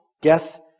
death